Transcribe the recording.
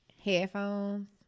headphones